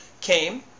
came